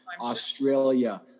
Australia